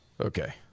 Okay